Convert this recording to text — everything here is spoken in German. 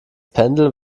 pendel